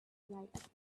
write